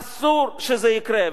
אסור שזה יקרה.